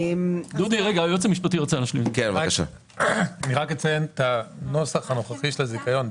אציין את הנוסח הנוכחי של הזיכיון.